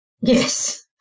Yes